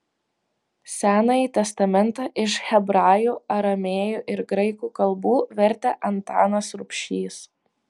senąjį testamentą iš hebrajų aramėjų ir graikų kalbų vertė antanas rubšys